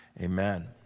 amen